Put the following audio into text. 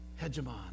hegemon